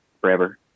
forever